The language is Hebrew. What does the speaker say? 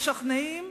משכנעים,